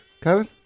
Kevin